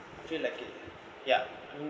feel like it yup